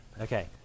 Okay